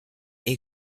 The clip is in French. est